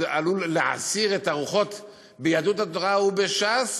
עלול להסעיר את הרוחות ביהדות התורה ובש"ס,